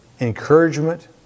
encouragement